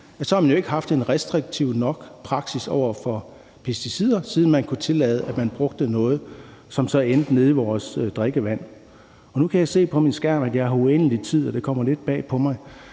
at man ikke har haft en restriktiv nok praksis over for pesticider, siden man kunne tillade, at man brugte noget, som så endte nede i vores drikkevand – nu kan jeg se på min skærm, at jeg har uendelig tid, og det kommer lidt bag på mig.